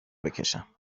بکشم